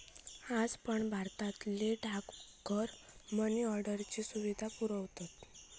आज पण भारतातले डाकघर मनी ऑर्डरची सुविधा पुरवतत